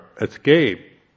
escape